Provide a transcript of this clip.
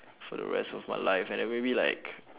for the rest of my life and then maybe like